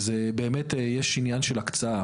זה באמת, יש עניין של הקצאה.